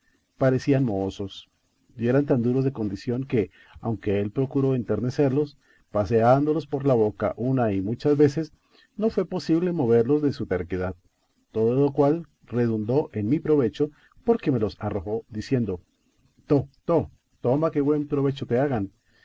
parecían mohosos y eran tan duros de condición que aunque él procuró enternecerlos paseándolos por la boca una y muchas veces no fue posible moverlos de su terquedad todo lo cual redundó en mi provecho porque me los arrojó diciendo to to toma que buen provecho te hagan